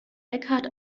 eckhart